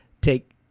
take